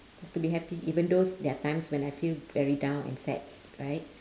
just to be happy even thoughs there are times when I feel very down and sad right